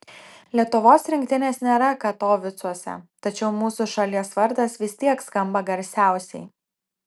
lietuvos rinktinės nėra katovicuose tačiau mūsų šalies vardas vis tiek skamba garsiausiai